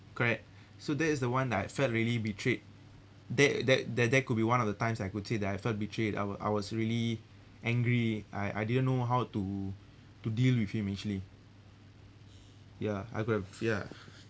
correct so that is the one that I felt really betrayed that that that could be one of the times I could say that I felt betrayed I was I was really angry I I didn't know how to to deal with him actually ya I could have ya